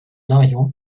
arrivant